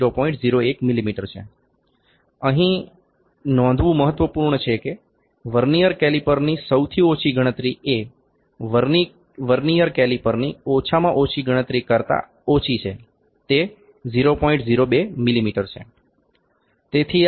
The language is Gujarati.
01 મીમી છે અહીં નોંધવું મહત્વપૂર્ણ છે કે વર્નીઅર કેલિપરની સૌથી ઓછી ગણતરીએ વર્નીઅર કેલિપરની ઓછામાં ઓછી ગણતરી કરતા ઓછી છે તે 0